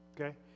Okay